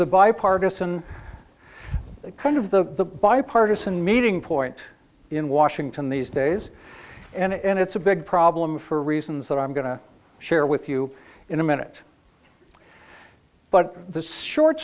the bipartisan kind of the bipartisan meeting point in washington these days and it's a big problem for reasons that i'm going to share with you in a minute but the s